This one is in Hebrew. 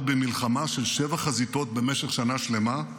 במלחמה של שבע חזיתות במשך שנה שלמה,